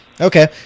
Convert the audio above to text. Okay